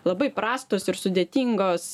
labai prastos ir sudėtingos